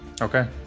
Okay